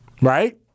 Right